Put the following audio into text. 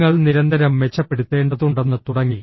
നിങ്ങൾ നിരന്തരം മെച്ചപ്പെടുത്തേണ്ടതുണ്ടെന്ന് തുടങ്ങി